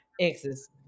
exes